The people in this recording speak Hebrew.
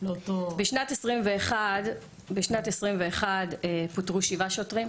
בשנת 2021 פוטרו שבעה שוטרים.